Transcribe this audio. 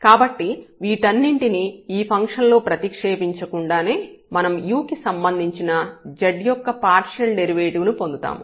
కాబట్టి వీటన్నింటిని ఈ ఫంక్షన్ లో ప్రతిక్షేపించకుండానే మనం u కి సంబంధించిన z యొక్క పార్షియల్ డెరివేటివ్ ను పొందుతాము